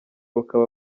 bakaba